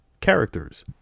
characters